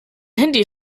handy